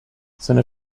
seine